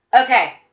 Okay